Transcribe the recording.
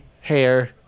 Hair